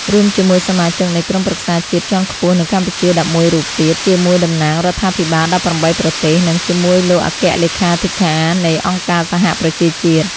រួមជាមួយសមាជិកនៃក្រុមប្រឹក្សាជាតិជាន់ខ្ពស់នៃកម្ពុជា១១ រូបទៀត ជា មួយតំណាងរដ្ឋាភិបាល១៨ ប្រទេស និងជាមួយលោកអគ្គលេខាធិការ នៃអង្គការសហប្រជាជាតិ។